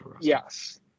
yes